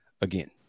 again